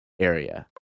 area